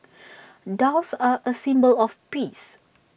doves are A symbol of peace